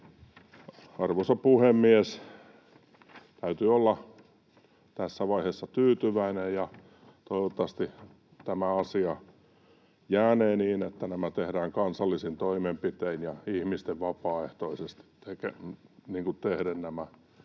Arvoisa puhemies! Täytyy olla tässä vaiheessa tyytyväinen, ja toivottavasti tämä asia jää niin, että nämä tehdään kansallisin toimenpitein ja ihmisten vapaaehtoisesti tehden nämä